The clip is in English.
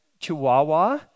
Chihuahua